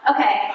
Okay